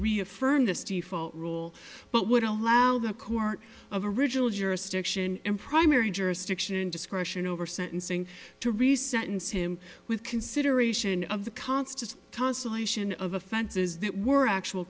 reaffirm the stiefel rule but would allow the court of a regional jurisdiction in primary jurisdiction discretion over sentencing to resentence him with consideration of the constant constellation of offenses that were actual